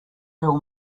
fill